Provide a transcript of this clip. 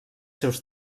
seus